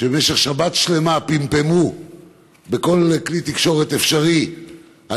שבמשך שבת שלמה פמפמו בכל כלי תקשורת אפשרי על